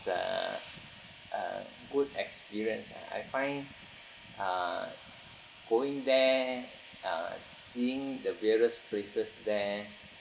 the a good experience ah I find uh going there uh seeing the various places there